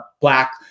black